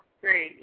great